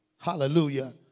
hallelujah